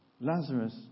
Lazarus